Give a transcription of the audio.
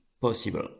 possible